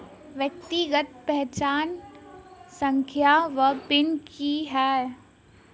व्यक्तिगत पहचान संख्या वा पिन की है?